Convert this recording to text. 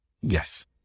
Yes